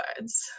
words